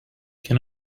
can